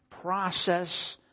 process